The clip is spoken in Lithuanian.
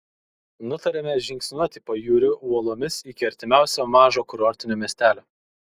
nutarėme žingsniuoti pajūriu uolomis iki artimiausio mažo kurortinio miestelio